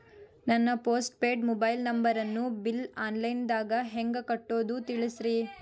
ನನ್ನ postpaid mobile ನಂಬರನ್ನು bill online ದಾಗ ಹೆಂಗ್ ಕಟ್ಟೋದು ತಿಳಿಸ್ರಿ